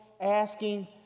asking